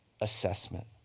assessment